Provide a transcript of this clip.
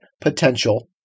Potential